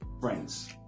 friends